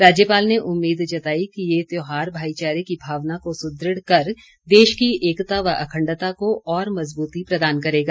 राज्यपाल ने उम्मीद जताई कि ये त्योहार भाईचारे की भावना को सुदृढ़ कर देश की एकता व अखण्डता को और मज़बूती प्रदान करेगा